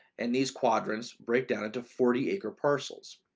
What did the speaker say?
and these quadrants break down into forty acre parcels.